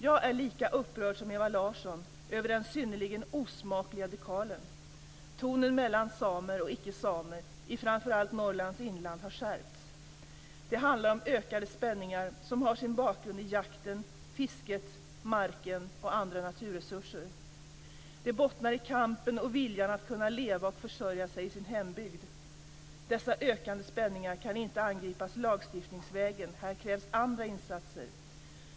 Jag är lika upprörd som Ewa Larsson över den synnerligen osmakliga dekalen. Tonen mellan samer och icke samer i framför allt Norrlands inland har skärpts. Det handlar om ökade spänningar som har sin bakgrund i jakten, fisket, marken och andra naturresurser. De bottnar i kampen och viljan att kunna leva och försörja sig i sin hembygd. Dessa ökade spänningar kan inte angripas lagstiftningsvägen. Här krävs andra insatser.